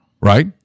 right